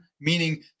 meaning